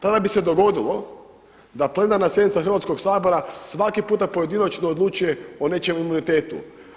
Tada bi se dogodilo da plenarna sjednica Hrvatskoga sabora svaki puta pojedinačno odlučuje o nečijem imunitetu.